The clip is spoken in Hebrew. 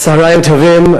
צהריים טובים.